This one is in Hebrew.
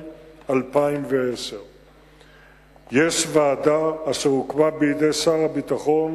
2010. ועדה אשר הוקמה בידי שר הביטחון